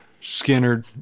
Skinner